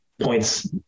points